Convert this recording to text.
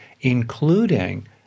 including